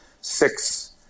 six